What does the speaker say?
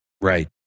Right